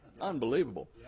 Unbelievable